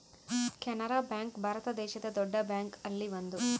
Canara bank Bharat ದೇಶದ್ ದೊಡ್ಡ bank ಅಲ್ಲಿ ಒಂದು